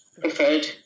preferred